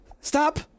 Stop